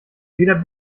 weder